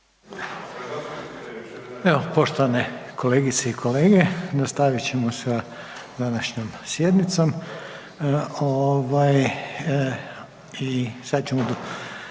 Poštovane kolegice i kolege, nastavit ćemo s raspravom